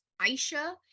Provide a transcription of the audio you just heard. Aisha